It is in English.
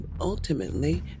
ultimately